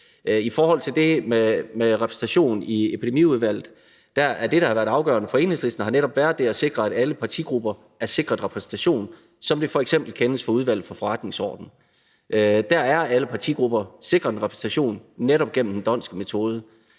I forhold til det med repræsentation i epidemiudvalget har det, der har været afgørende for Enhedslisten, netop været at sikre, at alle partigrupper er sikret repræsentationen, som det f.eks. kendes fra Udvalget for Forretningsordenen. Der er alle partigrupper sikret repræsentation, netop gennem den d'Hondtske metode.